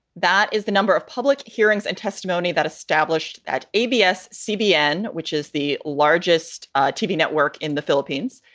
that is the number of public hearings and testimony that established at abc cbn, which is the largest tv network in the philippines.